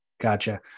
Gotcha